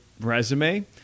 resume